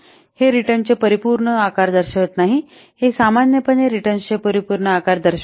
हे रिटर्नचे परिपूर्ण आकार दर्शवित नाही हे सामान्यपणे रिटर्नचे परिपूर्ण आकार दर्शवित नाही